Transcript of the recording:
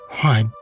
Why